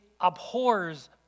abhors